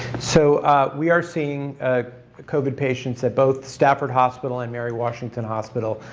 so we are seeing covid patients at both stafford hospital and mary washington hospital,